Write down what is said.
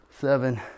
seven